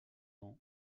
ans